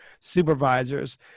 supervisors